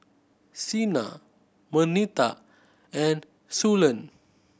Sina Marnita and Suellen